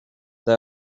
they